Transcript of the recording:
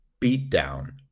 beatdown